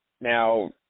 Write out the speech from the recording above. Now